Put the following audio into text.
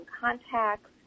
contacts